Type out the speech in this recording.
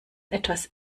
etwas